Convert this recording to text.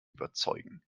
überzeugen